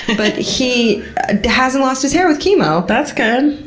but he hasn't lost his hair with chemo. that's good.